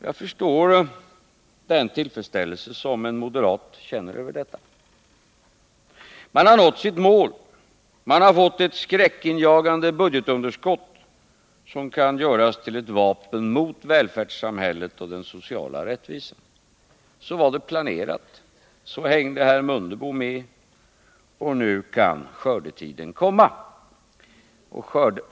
Jag förstår den tillfredsställelse som en moderat känner över detta. Man har nått sitt mål: Man har fått ett skräckinjagande budgetunderskott som kan göras till ett vapen mot välfärdssamhället och den sociala rättvisan. Så var det planerat. Herr Mundebo hängde med, och nu kan skördetiden komma.